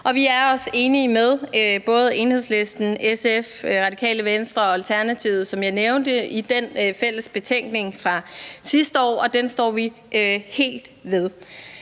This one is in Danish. vi er også enige med både Enhedslisten, SF, Radikale Venstre og Alternativet, som jeg nævnte i den fælles betænkning fra sidste år, og den står vi helt ved.